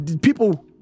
people